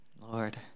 Lord